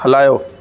हलायो